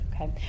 Okay